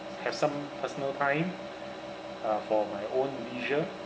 have some personal time uh for my own leisure